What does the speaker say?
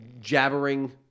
jabbering